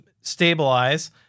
stabilize